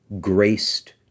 graced